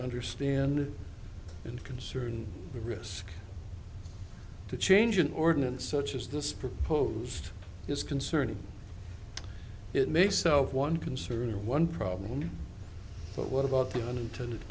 understand and concerned the risk to change an ordinance such as this proposed is concern it may sell one conservative one problem but what about the unintended